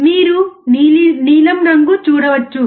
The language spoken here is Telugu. మీరు నీలం రంగు చూడవచ్చు